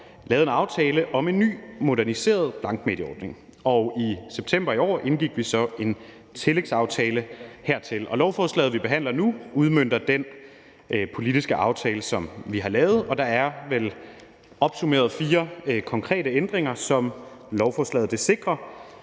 lavede en aftale om en ny moderniseret blankmedieordning, og i september i år indgik vi så en tillægsaftale hertil. Lovforslaget, vi behandler nu, udmønter den politiske aftale, som vi har lavet. Opsummeret er der vel fire konkrete ændringer, som lovforslaget vil